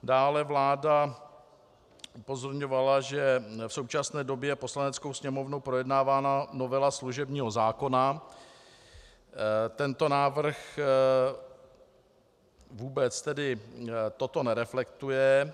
Dále vláda upozorňovala, že v současné době Poslaneckou sněmovnou projednávaná novela služebního zákona tento návrh vůbec toto nereflektuje.